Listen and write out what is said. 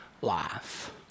life